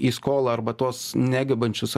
į skolą arba tuos negebančius